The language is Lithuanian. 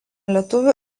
lietuvių